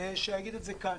שיגיד את זה כאן.